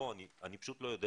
אני לא יודע